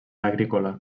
agrícola